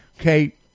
okay